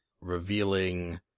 revealing